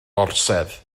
orsedd